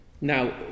Now